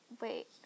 wait